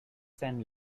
send